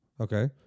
Okay